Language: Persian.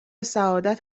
سعادت